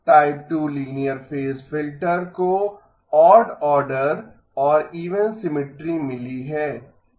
type 2 linear phase filter को odd order और even symmetry मिली है